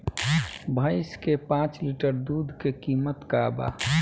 भईस के पांच लीटर दुध के कीमत का बा?